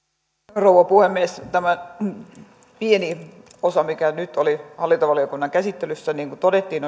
rouva puhemies tämä pieni osa mikä nyt oli hallintovaliokunnan käsittelyssä on yksimielinen niin kuin todettiin